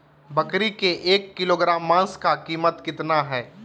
बकरी के एक किलोग्राम मांस का कीमत कितना है?